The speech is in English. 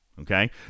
Okay